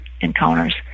encounters